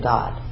God